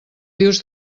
dius